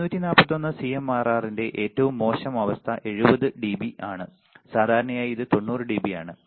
741 സിഎംആർആറിന്റെ ഏറ്റവും മോശം അവസ്ഥ 70 ഡിബി ആണ് സാധാരണയായി ഇത് 90 dB ആണ്